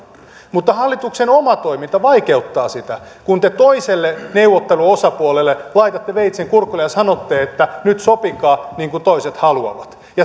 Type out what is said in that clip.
mutta hallituksen oma toiminta vaikeuttaa sitä kun te toiselle neuvotteluosapuolelle laitatte veitsen kurkulle ja sanotte että nyt sopikaa niin kuin toiset haluavat